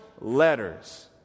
letters